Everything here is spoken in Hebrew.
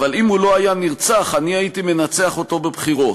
אבל אם הוא לא היה נרצח אני הייתי מנצח אותו בבחירות,